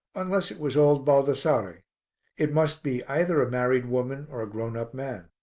unless it was old baldassare it must be either a married woman or a grown-up man.